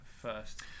first